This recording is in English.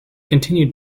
continued